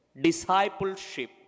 discipleship